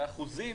והאחוזים